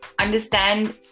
understand